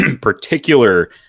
particular